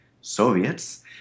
Soviets